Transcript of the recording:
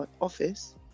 office